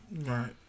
Right